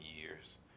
years